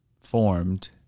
formed